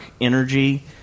energy